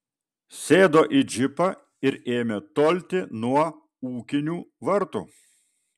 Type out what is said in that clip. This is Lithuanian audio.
sėdo į džipą ir ėmė tolti nuo ūkinių vartų